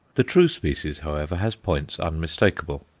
the true species, however, has points unmistakable.